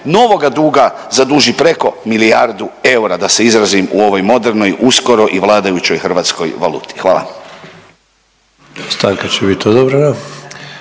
novoga duga zaduži preko milijardu eura da se izrazim u ovoj modernoj, uskoro i vladajućoj hrvatskoj valuti. Hvala.